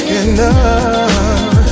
enough